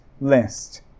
list